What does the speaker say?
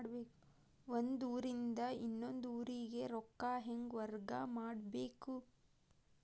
ಒಂದ್ ಊರಿಂದ ಇನ್ನೊಂದ ಊರಿಗೆ ರೊಕ್ಕಾ ಹೆಂಗ್ ವರ್ಗಾ ಮಾಡ್ಬೇಕು?